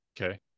okay